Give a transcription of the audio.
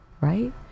right